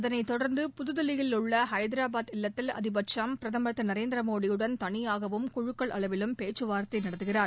அதனைத் தொடர்ந்து புதுதில்லியில் உள்ள ஐதராபாத் இல்லத்தில் அதிபர் ட்ரம்ப் பிரதமர் திரு நரேந்திர மோடியுடன் தனியாகவும் குழுக்கள் அளவிலும் பேச்சுவார்த்தை நடத்துகிறார்